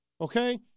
okay